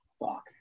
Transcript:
Fuck